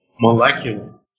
molecular